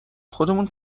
خودمون